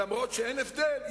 אומנם אין הבדל,